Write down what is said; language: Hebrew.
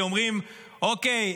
שאומרים: אוקיי,